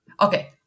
okay